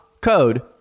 code